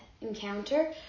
encounter